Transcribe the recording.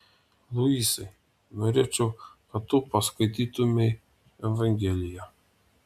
luisai norėčiau kad tu paskaitytumei evangeliją